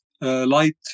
light